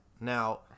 Now